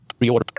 Reorder